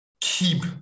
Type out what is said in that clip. keep